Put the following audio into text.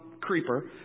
creeper